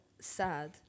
sad